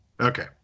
Okay